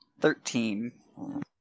Thirteen